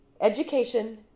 education